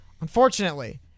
Unfortunately